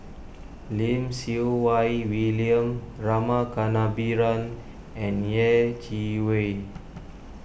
Lim Siew Wai William Rama Kannabiran and Yeh Chi Wei